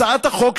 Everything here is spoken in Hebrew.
הצעת החוק,